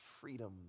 freedom